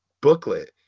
booklet